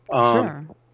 Sure